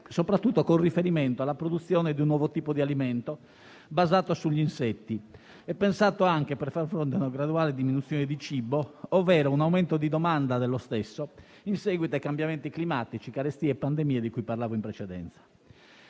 soprattutto con riferimento alla produzione di un nuovo tipo di alimento, basato sugli insetti, e pensato anche per far fronte a una graduale diminuzione di cibo, ovvero a un aumento di domanda dello stesso, in seguito ai cambiamenti climatici, alle carestie e alle pandemie di cui parlavo in precedenza.